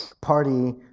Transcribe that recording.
party